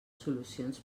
solucions